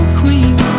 queen